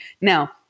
Now